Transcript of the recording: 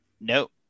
No